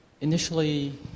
Initially